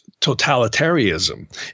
totalitarianism